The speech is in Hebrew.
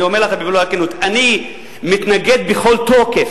אני אומר לך במלוא הכנות: אני מתנגד בכל תוקף,